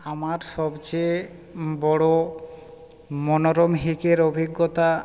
আমার সবচেয়ে বড়ো মনোরম হাইকের অভিজ্ঞতা